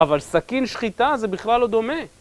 אבל סכין שחיטה זה בכלל לא דומה